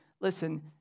listen